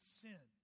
sin